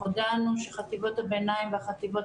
הודענו שחטיבות הביניים והחטיבות